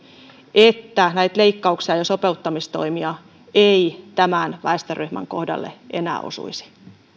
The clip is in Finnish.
että näitä leikkauksia ja sopeuttamistoimia ei tämän väestöryhmän kohdalle enää osuisi